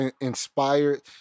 inspired